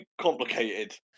complicated